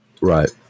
Right